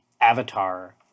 avatar